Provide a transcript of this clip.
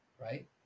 right